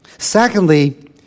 Secondly